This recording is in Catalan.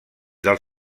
del